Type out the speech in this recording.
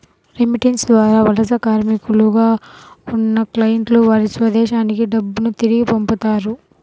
remittance ద్వారా వలస కార్మికులుగా ఉన్న క్లయింట్లు వారి స్వదేశానికి డబ్బును తిరిగి పంపుతారు